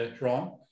wrong